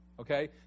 okay